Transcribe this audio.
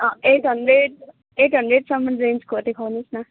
at hundred eight हन्ड्रेडसम्म रेन्जको देखाउनुहोस् न